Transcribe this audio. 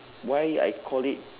why I call it